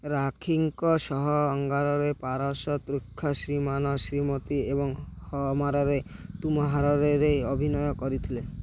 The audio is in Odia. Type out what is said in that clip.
ରାଖୀଙ୍କ ସହ ଅଙ୍ଗାରେ ପାରସ ତୃଷ୍ଣା ଶ୍ରୀମାନ ଶ୍ରୀମତି ଏବଂ ହମାରରେ ତୁମହାରରେ ଅଭିନୟ କରିଥିଲେ